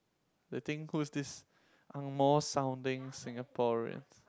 they think who's this angmoh sounding Singaporean